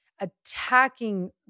attacking